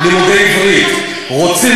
אתם בוחרים, אתם רוצים